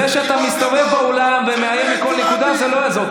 זה שאתה מסתובב באולם ומאיים מכל נקודה זה לא יעזור.